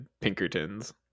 Pinkertons